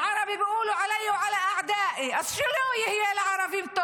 (אומרת דברים בשפה הערבית.) אז שלא יהיה טוב לערבים,